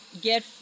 get